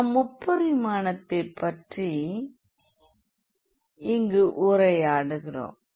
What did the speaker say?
நாம் முப்பரிமாணத்தைப் பற்றி இங்கு உரையாடுகிறோம்